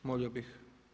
Molio bih.